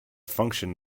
function